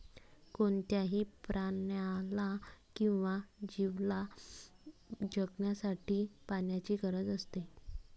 कोणत्याही प्राण्याला किंवा जीवला जगण्यासाठी पाण्याची गरज असते